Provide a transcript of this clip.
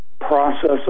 process